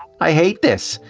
i hate this.